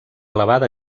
elevada